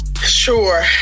Sure